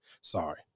Sorry